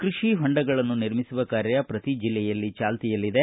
ಕೃಷಿ ಹೊಂಡಗಳನ್ನು ನಿರ್ಮಿಸುವ ಕಾರ್ಯ ಪ್ರತಿ ಜಿಲ್ಲೆಯಲ್ಲಿ ಚಾಲ್ತಿಯಲ್ಲಿದೆ